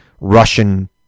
Russian